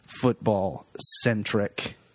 football-centric